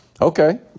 okay